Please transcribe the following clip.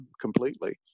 completely